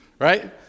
Right